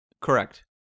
Correct